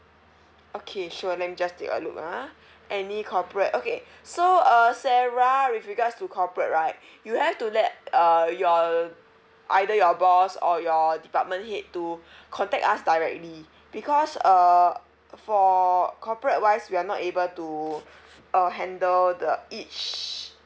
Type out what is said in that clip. okay sure let me just take a look ah any corporate okay so uh sarah with regards to corporate right you have to let uh your either your boss or your department head to contact us directly because uh for corporate wise we are not able to uh handle the each